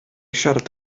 siarad